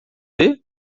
ver